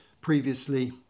previously